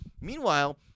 Meanwhile